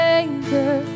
anchor